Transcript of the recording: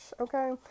okay